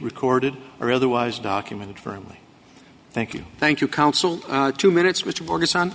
recorded or otherwise documented firmly thank you thank you counsel two minutes which borders on